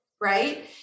Right